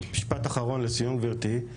משפט אחרון לסיום, גבירתי.